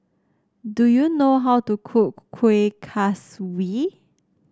do you know how to cook Kueh Kaswi